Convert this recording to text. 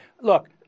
Look